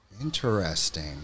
Interesting